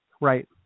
Right